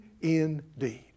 indeed